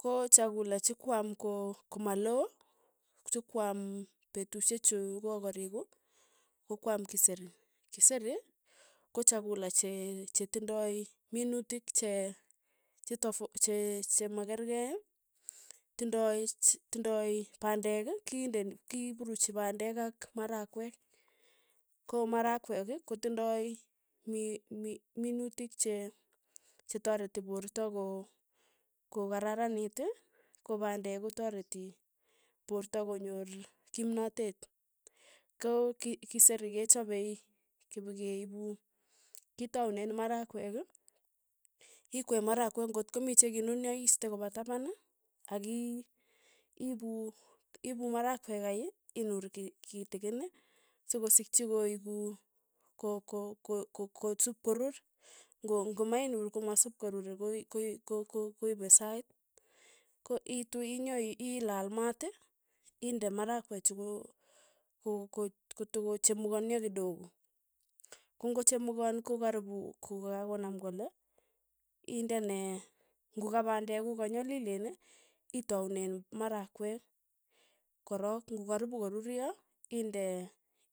Ko chakula che kwaam ko- komalo chukwaam petushe chu kokoriku, ko kwaam kiseri, kiseri ko chakula che- chetindoi minutik che che tofa che- che makerkei, tindoi ch tindoi pandek, kindeni kipuruchi pandek ak marakwek, ko marakwek ii kotindai mi- mi- minutik che- chetareti poorto ko- kokararanit ko pandek kotareti porto konyor kimnatet, ko ki- kiseri kechapei kipikeipu, ketaunen marakwek, ikwei marakwek ngot ko mii chekinun'yo iiste kopa tapan, aki iipu ipu marakwek kai, inur kit kitikin sikosikchi koeku ko- ko- ko- kotsup korur, ng'o ng'omainur komasipkorure ko- ko- ko- koipe sait, ko iitu inyo ii ilal maat, inde marakwechu ko- ko- ko- kotokochemukonio kidogo, kong'ochemukoon ko karipu kukakonam kole, indene ng'okapandekuk ko ka nyalileen, itaunen marakwek, korok, ng'o karipu koruryo, inde